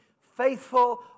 Faithful